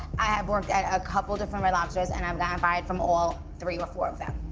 i have worked at a couple different red lobsters, and i've gotten fired from all three or four of them.